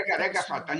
רגע, רגע אחד.